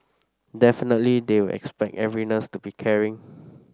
definitely they will expect every nurse to be caring